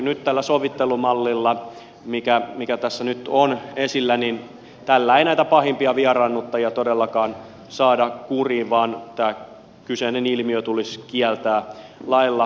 nyt tällä sovittelumallilla mikä tässä nyt on esillä ei näitä pahimpia vieraannuttajia todellakaan saada kuriin vaan tämä kyseinen ilmiö tulisi kieltää lailla